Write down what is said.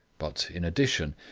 but, in addition,